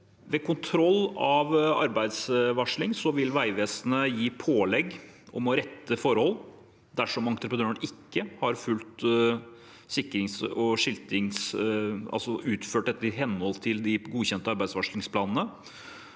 Ved kontroll av arbeidsvarsling vil Vegvesenet gi pålegg om å rette forhold dersom entreprenøren ikke har utført sikring og skilting i henhold til de godkjente arbeidsvarslingsplanene.